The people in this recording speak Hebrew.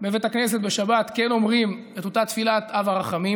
בבית הכנסת בשבת כן אומרים את אותה תפילת אב הרחמים,